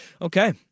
Okay